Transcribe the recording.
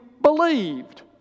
believed